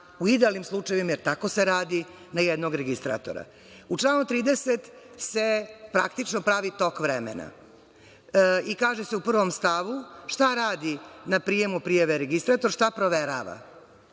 u idealnim slučajevima, jer tako se radi na jednog registratora. U članu 30. se praktično pravi tok vremena. Kaže se u 1. stavu šta radi na prijemu prijave registrator, šta proverava.U